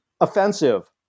offensive